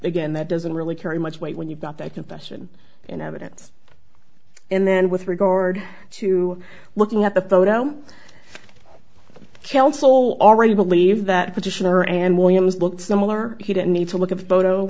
again that doesn't really carry much weight when you've got that confession in evidence and then with regard to looking at the photo kelso already believe that petitioner and williams look similar he didn't need to look at the photo